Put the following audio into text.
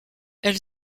elle